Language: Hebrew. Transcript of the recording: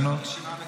איננו,